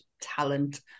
talent